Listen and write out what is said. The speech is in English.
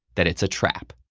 that it's a trap!